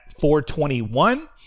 421